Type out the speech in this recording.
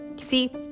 See